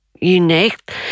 unique